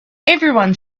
everyone